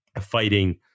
fighting